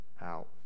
out